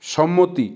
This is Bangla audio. সম্মতি